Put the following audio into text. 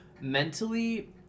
Mentally